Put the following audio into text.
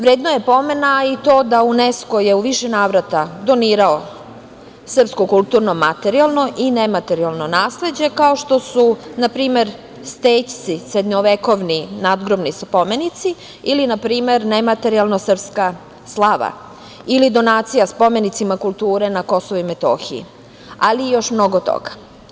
Vredno je pomena i to da je UNESKO u više navrata donirao srpsko kulturno materijalno i nematerijalno nasleđe, kao što su, na primer, stećci – srednjovekovni nadgrobni spomenici, nematerijalni – srpska slava, donacija spomenicima kulture na Kosovu i Metohiji, ali i još mnogo toga.